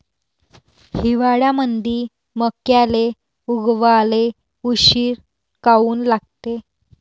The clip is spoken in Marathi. हिवाळ्यामंदी मक्याले उगवाले उशीर काऊन लागते?